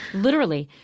literally.